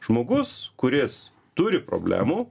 žmogus kuris turi problemų